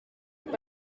reta